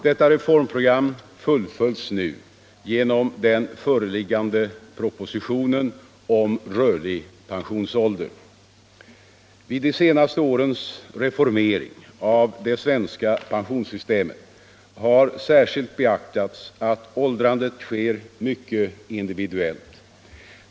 Detta reformprogram fullföljs nu genom den föreliggande propositionen om rörlig pensionsålder. Vid de senaste årens reformering av det svenska pensionssystemet har särskilt beaktats att åldrandet sker mycket individuellt.